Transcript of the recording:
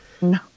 No